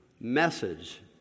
message